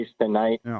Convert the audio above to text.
tonight